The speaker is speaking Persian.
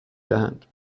دهند